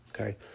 okay